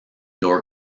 door